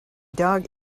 dog